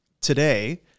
today